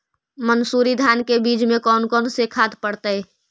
मंसूरी धान के बीज में कौन कौन से खाद पड़तै?